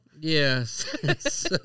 Yes